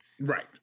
Right